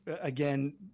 again